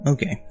Okay